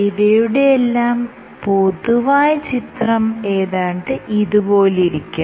ഇവയുടെയെല്ലാം പൊതുവായ ചിത്രം ഏതാണ്ട് ഇതുപോലിരിക്കും